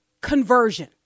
conversion